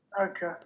okay